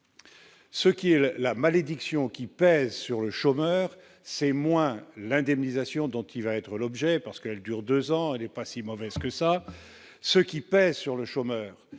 Ce qui est la malédiction qui pèse sur le chômeurs c'est moins l'indemnisation dont il va être l'objet parce qu'elle dure 2 ans, elle est pas si mauvaise que ça, ce qui pèse sur le chômeur,